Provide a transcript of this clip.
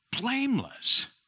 blameless